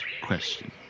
question